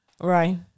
Right